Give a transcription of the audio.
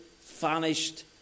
vanished